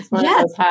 Yes